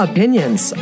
Opinions